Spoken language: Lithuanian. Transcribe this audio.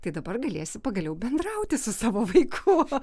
tai dabar galėsi pagaliau bendrauti su savo vaiku